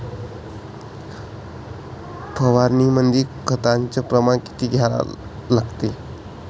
फवारनीमंदी खताचं प्रमान किती घ्या लागते?